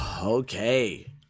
Okay